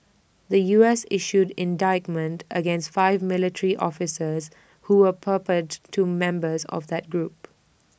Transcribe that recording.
the U S issued indictments against five military officers who were purported to members of that group